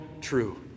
true